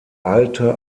alte